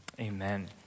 amen